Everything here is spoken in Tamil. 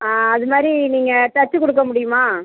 அதுமாதிரி நீங்கள் தச்சுக் கொடுக்க முடியுமா